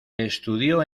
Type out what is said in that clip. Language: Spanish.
estudió